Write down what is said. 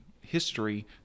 history